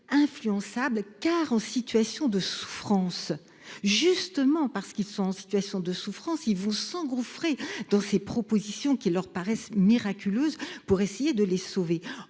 influençables car en situation de souffrance justement par ceux qui sont en situation de souffrance il vous s'engouffrer dans ces propositions qui leur paraissent miraculeuses pour essayer de les sauver